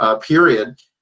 period